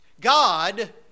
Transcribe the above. God